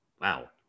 Wow